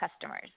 customers